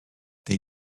they